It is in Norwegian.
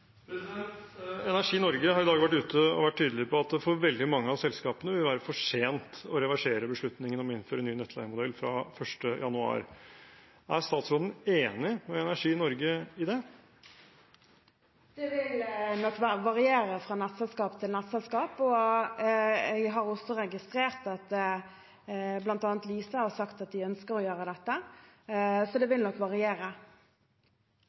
Energi Norge har i dag vært ute og vært tydelige på at det for veldig mange av selskapene vil være for sent å reversere beslutningen om å innføre ny nettleiemodell fra 1. januar. Er statsråden enig med Energi Norge i det? Det vil nok variere fra nettselskap til nettselskap. Jeg har registrert at bl.a. Lyse har sagt at de ønsker å gjøre dette, så det vil nok variere.